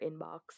inbox